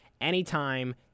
anytime